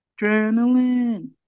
Adrenaline